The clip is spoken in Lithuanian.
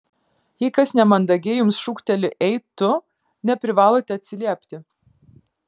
jei kas nemandagiai jums šūkteli ei tu neprivalote atsiliepti